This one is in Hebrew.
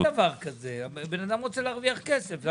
אבל אין דבר כזה, בן אדם רוצה להרוויח כסף.